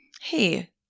Hey